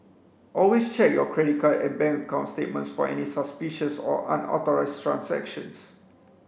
always check your credit card and bank account statements for any suspicious or unauthorised transactions